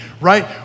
right